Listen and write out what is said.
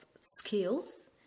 skills